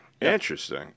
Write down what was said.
Interesting